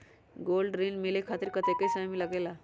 Gold ऋण मिले खातीर कतेइक समय लगेला?